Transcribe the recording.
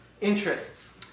interests